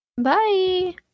Bye